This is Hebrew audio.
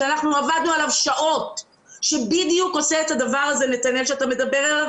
אנחנו עבדנו על זה שעות והוא בדיוק עושה את הדבר הזה שאתה מדבר עליו,